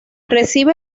recibe